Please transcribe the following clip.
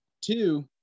two